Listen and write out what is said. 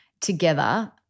together